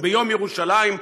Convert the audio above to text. ביום ירושלים,